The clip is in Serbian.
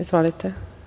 Izvolite.